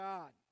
God